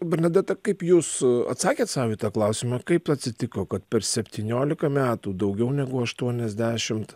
bernadeta kaip jūs atsakėt sau į tą klausimą kaip atsitiko kad per septyniolika metų daugiau negu aštuoniasdešimt